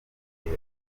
gihe